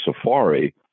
safari